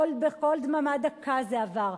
בקול דממה דקה זה עבר.